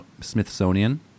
Smithsonian